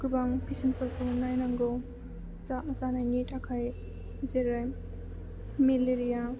गोबां पेसेन्टफोरखौ नायनांगौ जानायनि थाखाय जेरै मेलेरिया